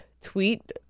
tweet